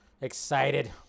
Excited